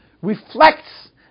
reflects